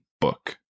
book